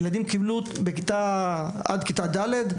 ילדים עד כיתה ד'